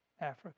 Africa